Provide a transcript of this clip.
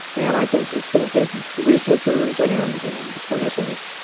and i think it's going to take researchers and and clinicians,